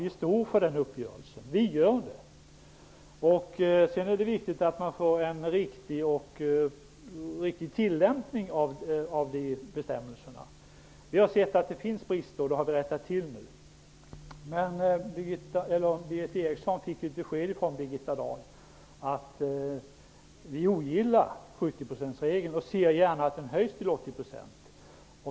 Vi står fast vid den uppgörelsen, men det är också viktigt att man får en riktig tillämpning av bestämmelserna på denna punkt. Vi har sett att det funnits brister, och dessa har vi nu rättat till. Berith Eriksson fick ett besked från Birgitta Dahl om att vi ogillar 70-procentsregeln och gärna ser att ersättningen höjs till 80 %.